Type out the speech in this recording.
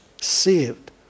saved